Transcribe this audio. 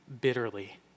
bitterly